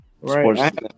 Right